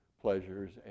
pleasures